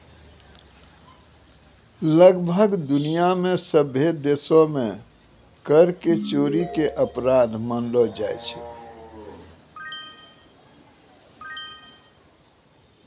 लगभग दुनिया मे सभ्भे देशो मे कर के चोरी के अपराध मानलो जाय छै